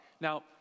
Now